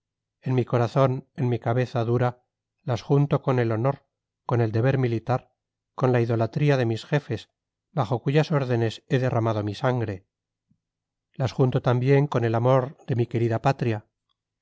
en mi corazón en mi cabeza dura las junto con el honor con el deber militar con la idolatría de mis jefes bajo cuyas órdenes he derramado mi sangre las junto también con el amor de mi querida patria